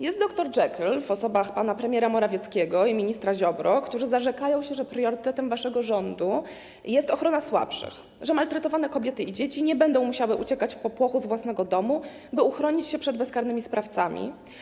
Jest Dr Jekyll w osobach pana premiera Morawieckiego i ministra Ziobry, którzy zarzekają się, że priorytetem waszego rządu jest ochrona słabszych, że maltretowane kobiety i dzieci nie będą musiały uciekać w popłochu z własnego domu, by uchronić się przed bezkarnymi sprawcami.